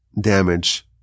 damage